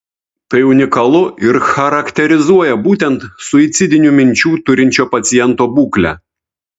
tai unikalu ir charakterizuoja būtent suicidinių minčių turinčio paciento būklę